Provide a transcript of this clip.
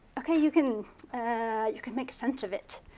okay, you can you can make sense of it.